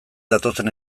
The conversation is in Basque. datozen